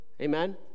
Amen